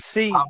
See